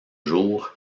jours